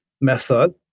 method